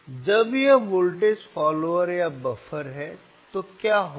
तो जब यह वोल्टेज फॉलोवर या बफर है तो क्या होगा